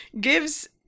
gives